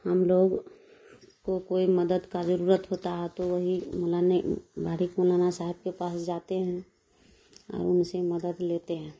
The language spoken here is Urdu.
ہم لوگ کو کوئی مدد کا ضرورت ہوتا ہے تو وہی مولانے بارک مولانا صاحب کے پاس جاتے ہیں اور ان سے مدد لیتے ہیں